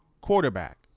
quarterback